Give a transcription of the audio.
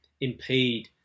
impede